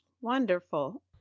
Wonderful